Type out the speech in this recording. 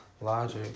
logic